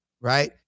right